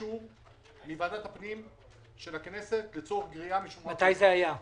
ברגע שהכנסת הפסיקה לעבוד וועדת הפנים הפסיקה לעבוד,